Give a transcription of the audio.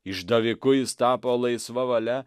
išdaviku jis tapo laisva valia